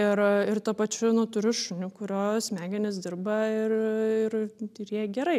ir ir tuo pačiu nu turiu šunį kurio smegenys dirba ir ir ir jai gerai